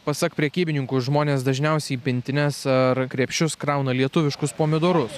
pasak prekybininkų žmonės dažniausia į pintines ar krepšius krauna lietuviškus pomidorus